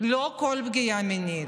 לא כל פגיעה מינית,